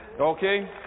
Okay